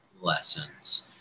lessons